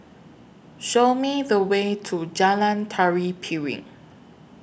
Show Me The Way to Jalan Tari Piring